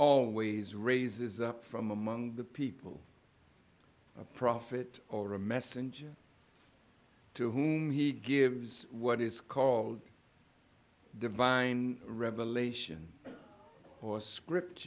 always raises up from among the people a prophet or a messenger to whom he gives what is called divine revelation or script